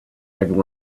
every